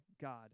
God